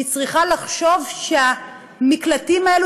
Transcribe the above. היא צריכה לחשוב שהמקלטים האלו,